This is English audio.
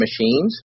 machines